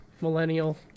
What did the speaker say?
Millennial